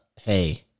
hey